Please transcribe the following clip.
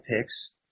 picks